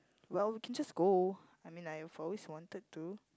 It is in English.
well you can just go I mean like I've always wanted to